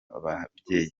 babyeyi